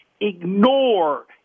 ignore